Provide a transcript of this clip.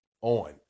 on